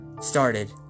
Started